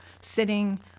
sitting